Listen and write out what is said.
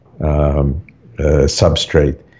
substrate